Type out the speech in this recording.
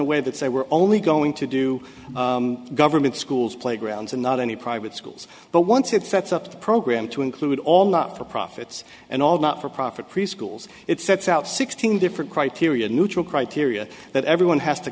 a way that say we're all only going to do government schools playgrounds and not only private schools but once it sets up the program to include all not for profits and all not for profit preschools it sets out sixteen different criteria neutral criteria that everyone has to